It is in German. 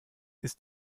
ist